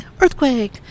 earthquake